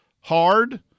hard